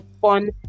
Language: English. fun